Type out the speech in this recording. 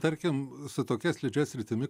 tarkim su tokia slidžia sritimi